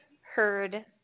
heard